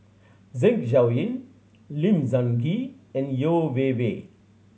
Zeng Shouyin Lim Sun Gee and Yeo Wei Wei